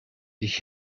ich